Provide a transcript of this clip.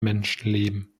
menschenleben